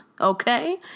Okay